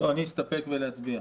אסתפק בלהצביע.